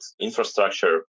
infrastructure